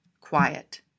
quiet